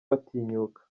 batinyuka